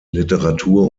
literatur